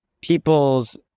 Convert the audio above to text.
people's